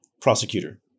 prosecutor